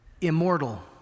immortal